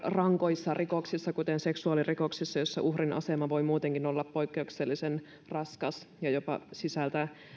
rankoissa rikoksissa kuten seksuaalirikoksissa joissa uhrin asema voi muutenkin olla poikkeuksellisen raskas ja jopa sisältää